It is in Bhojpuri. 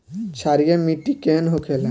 क्षारीय मिट्टी केहन होखेला?